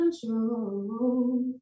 control